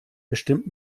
bestimmt